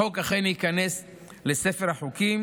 החוק אכן ייכנס לספר החוקים,